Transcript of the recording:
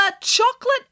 chocolate